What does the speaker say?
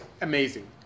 amazing